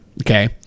okay